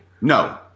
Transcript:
No